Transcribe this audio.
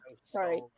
Sorry